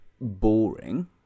boring